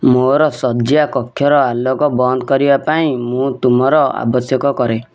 ମୋର ଶଯ୍ୟା କକ୍ଷର ଆଲୋକ ବନ୍ଦ କରିବା ପାଇଁ ମୁଁ ତୁମର ଆବଶ୍ୟକ କରେ